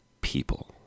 people